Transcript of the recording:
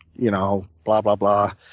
you know blah, blah, blah.